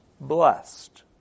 blessed